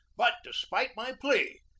but, despite my plea,